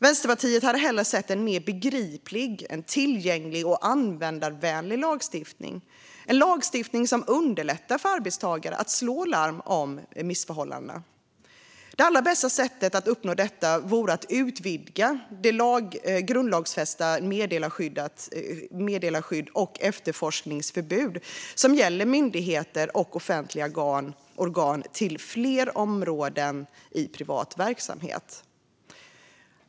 Vänsterpartiet hade hellre sett en mer begriplig, tillgänglig och användarvänlig lagstiftning som underlättar för arbetstagare att slå larm om missförhållanden. Det allra bästa sättet att uppnå detta vore att utvidga det grundlagsfästa meddelarskydd och efterforskningsförbud som gäller myndigheter och offentliga organ till fler områden i privat verksamhet.